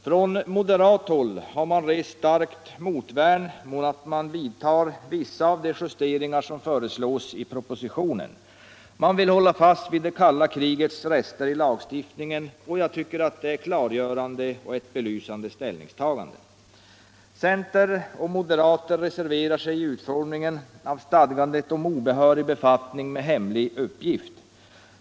Från moderat håll har man satt sig till starkt motvärn mot vissa av de justeringar som föreslås i propositionen. Man vill hålla fast vid det kalla krigets rester i lagstiftningen. Jag tycker att det är ett klargörande och belysande ställningstagande. Centerpartister och moderater reserverar sig mot utformningen av stadgandet om obehörig befattning med hemlig uppgift.